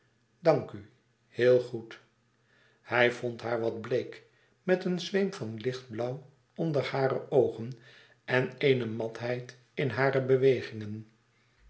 dank u heel goed hij vond haar wat bleek met een zweem van lichtblauw onder hare oogen en eene matheid in hare bewegingen